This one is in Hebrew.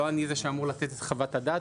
לא אני זה שאמור לתת את חוות הדעת